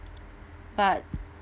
but